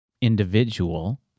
individual